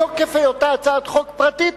מתוקף היותה הצעת חוק פרטית,